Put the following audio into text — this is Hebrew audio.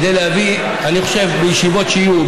אני חושב שבישיבות שיהיו,